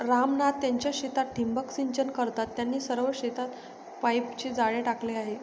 राम नाथ त्यांच्या शेतात ठिबक सिंचन करतात, त्यांनी सर्व शेतात पाईपचे जाळे टाकले आहे